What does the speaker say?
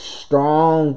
strong